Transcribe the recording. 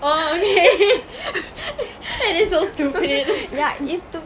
oh okay that is so stupid